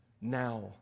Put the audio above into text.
now